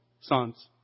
sons